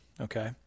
okay